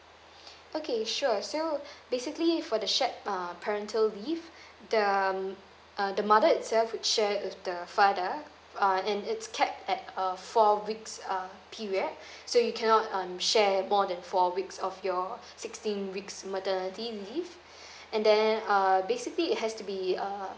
okay sure so basically for the shared um parental leave the um uh the mother itself would share with the father uh and it's capped at uh four weeks uh period so you cannot um share more than four weeks of your sixteen weeks maternity leave and then uh basically it has to be uh